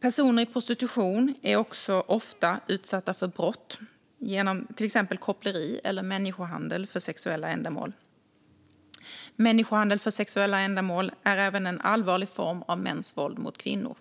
Personer i prostitution är också oftast utsatta för brott genom till exempel koppleri eller människohandel för sexuella ändamål. Människohandel för sexuella ändamål är även en allvarlig form av mäns våld mot kvinnor.